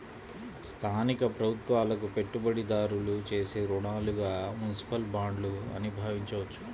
స్థానిక ప్రభుత్వాలకు పెట్టుబడిదారులు చేసే రుణాలుగా మునిసిపల్ బాండ్లు అని భావించవచ్చు